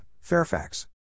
Fairfax